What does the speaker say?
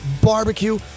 barbecue